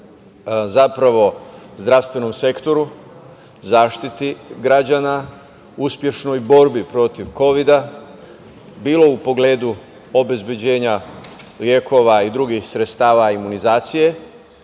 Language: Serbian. zapravo zdravstvenom sektoru, zaštiti građana, uspešnoj borbi protiv kovida, bilo u pogledu obezbeđenja lekova i drugih sredstava imunizacije,